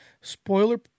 spoiler